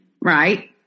Right